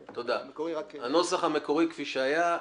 הנוסח המקורי כפי שהיה.